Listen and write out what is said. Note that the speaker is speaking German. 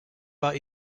war